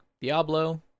Diablo